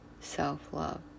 self-love